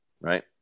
Right